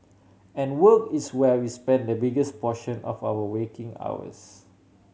and work is where we spend the biggest portion of our waking hours